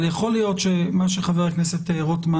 אבל יכול להיות שמה שחבר הכנסת רוטמן